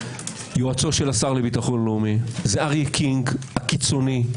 יועצו של השר לביטחון לאומי, זה ארי קינג קיצוני.